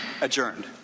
Adjourned